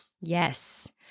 Yes